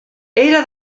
era